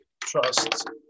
trust